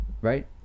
right